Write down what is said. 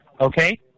Okay